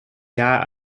jaar